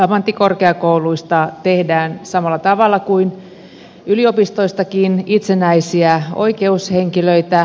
ammattikorkeakouluista tehdään samalla tavalla kuin yliopistoistakin itsenäisiä oikeushenkilöitä